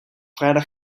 vrijdag